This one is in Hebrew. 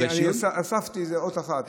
הוספתי איזו אות אחת,